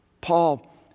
Paul